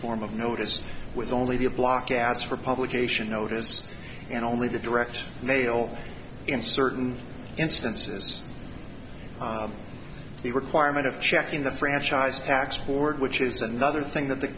form of notice with only a block as for publication notice and only the direct mail in certain instances the requirement of checking the franchise tax board which is another thing that the